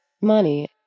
money